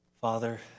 Father